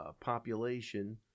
population –